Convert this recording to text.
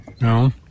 No